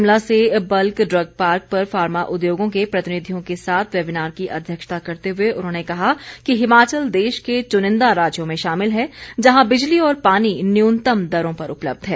शिमला से bulk drug park पर pharma उद्योगों के प्रतिनिधियों के साथ वेबीनार की अध्यक्षता करते हुए उन्होंने कहा कि हिमाचल देश के चुनिंदा राज्यों में शामिल हैं जहां बिजली और पानी न्यूनतम दरों पर उपलब्ध है